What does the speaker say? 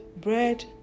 bread